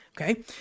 okay